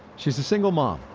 she's a single mom,